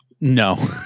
no